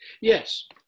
Yes